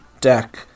deck